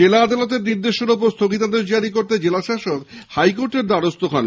জেলা আদালতের নির্দেশের ওপর স্থগিতাদেশ জারি ক্রতে জেলাশাসক হাইকোর্টের দ্বারস্থ হন